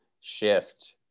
shift